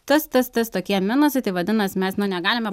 tas tas tas tokie minusai tai vadinas mes nu negalime